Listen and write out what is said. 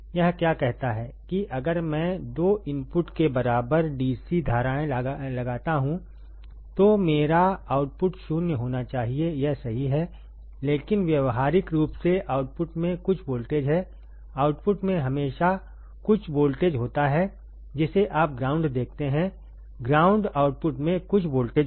यह क्या कहता है कि अगर मैं 2 इनपुट के बराबर डीसी धाराएं लगाता हूं तो मेरा आउटपुट 0 होना चाहिए यह सही है लेकिन व्यावहारिक रूप से आउटपुट में कुछ वोल्टेज है आउटपुट में हमेशा कुछ वोल्टेज होता है जिसे आप ग्राउंड देखते हैंग्राउंडआउटपुट में कुछ वोल्टेज होगा